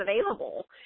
available